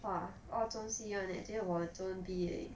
!wah! all zone C [one] leh 只有我 zone B 而已